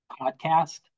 podcast